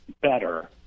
better